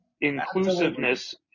inclusiveness